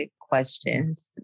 questions